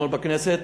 אתמול בכנסת,